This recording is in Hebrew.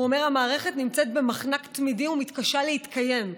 הוא אומר: "המערכת נמצאת במחנק תמידי ומתקשה להתקיים.